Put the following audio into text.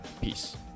Peace